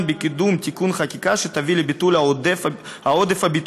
בקידום תיקון חקיקה שתביא לביטול העודף הביטוחי,